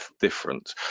different